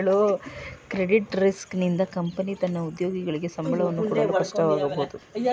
credit risk ನಿಂದ company ತನ್ನ ಉದ್ಯೋಗಿಗಳಿಗೆ ಸಂಬಳವನ್ನು ಕೊಡಲು ಕಷ್ಟವಾಗಬಹುದು